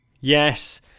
Yes